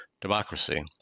democracy